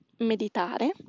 meditare